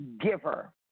giver